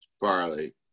Farley